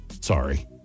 Sorry